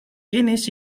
quienes